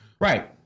Right